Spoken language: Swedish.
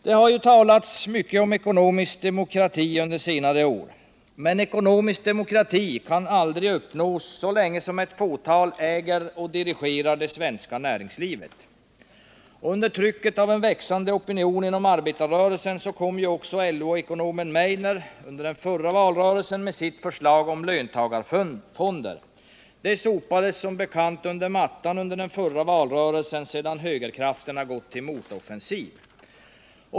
Det har talats mycket om ekonomisk demokrati under senare år, men ekonomisk demokrati kan aldrig uppnås så länge som ett fåtal äger och dirigerar det svenska näringslivet. Under trycket av en växande opinion inom arbetarrörelsen kom LO-ekonomen Meidner under den förra valrörelsen med sitt förslag om löntagarfonder. Det sopades som bekant under mattan under den förra valrörelsen sedan högerkrafterna gått till motoffensiv.